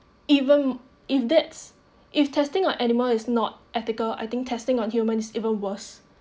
even if that's if testing of animal is not ethical I think testing on humans even worse